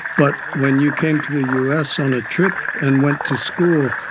but when you came to the u s. on a trip and went to school,